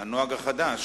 הנוהג החדש,